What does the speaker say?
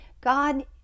God